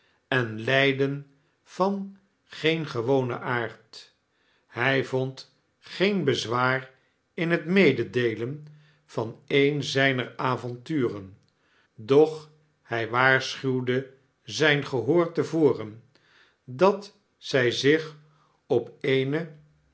en lyden van geen gewonen aard hy vond geen bezwaar in het mededeelen van een zyner avonturen doch hy waarschuwde zyn gehoor te voren dat zij zich op eene